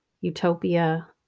utopia